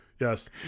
yes